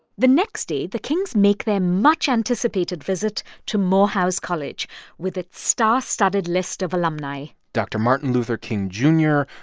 the next day, the kings make their much anticipated visit to morehouse college with its star-studded list of alumni dr. martin luther king jr,